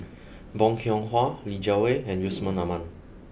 Bong Hiong Hwa Li Jiawei and Yusman Aman